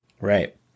right